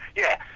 yeah.